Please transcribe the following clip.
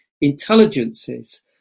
intelligences